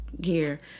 gear